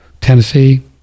Tennessee